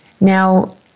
Now